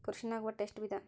ಕೃಷಿನಾಗ್ ಒಟ್ಟ ಎಷ್ಟ ವಿಧ?